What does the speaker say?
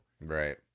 Right